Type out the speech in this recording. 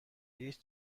هیچ